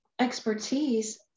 expertise